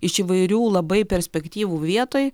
iš įvairių labai perspektyvų vietoj